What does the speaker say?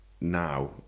now